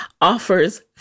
offers